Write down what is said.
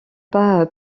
pas